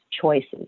choices